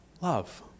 Love